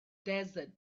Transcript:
desert